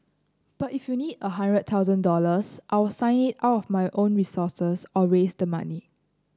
but if you need a hundred thousand dollars I'll sign it out of my own resources or raise the money